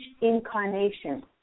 incarnation